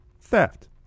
Theft